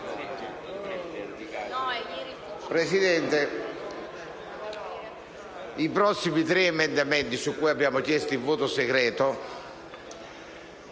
Presidente, i prossimi tre emendamenti su cui abbiamo chiesto il voto segreto,